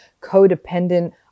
codependent